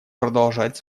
продолжать